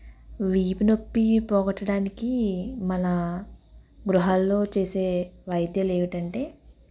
వీపునొప్పి పోగొట్టడానికి మన గృహాలలో చేసే వైద్యాలు ఏవిటంటే